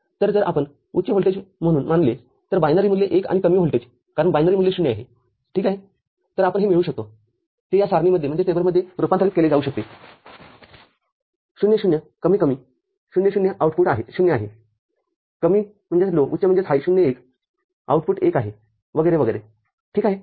तरजर आपण उच्च व्होल्टेज १ म्हणून मानले तरबायनरी मूल्य १ आणि कमी व्होल्टेज कारण बायनरी मूल्य ० आहे ठीक आहेतर आपण हे मिळवू शकतो ते या सारणीमध्ये रूपांतरित केले जाऊ शकते ० ० कमी कमी ० ० आउटपुट ०आहे कमी उच्च ० १आउटपुट १ आहेवगैरे वगैरे ठीक आहे